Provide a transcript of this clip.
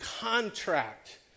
contract